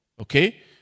Okay